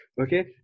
Okay